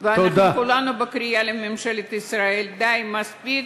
אנחנו כולנו בקריאה לממשלת ישראל: די, מספיק.